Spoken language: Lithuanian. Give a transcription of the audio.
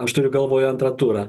aš turiu galvoj antrą turą